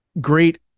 great